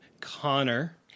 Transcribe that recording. Connor